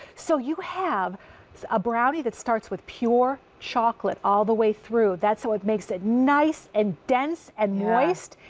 so you have a brownie that starts with pure chocolate all the way through. that's what makes it nice and tense and moist.